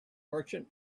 merchant